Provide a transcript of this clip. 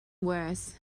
worse